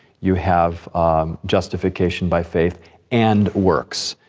you have justification by faith and works.